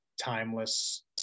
timeless